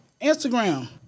Instagram